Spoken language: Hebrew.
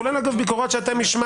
כולל אגב ביקורות שהשמעתם